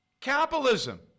capitalism